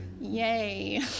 Yay